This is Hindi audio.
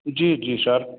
जी जी सर